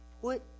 Put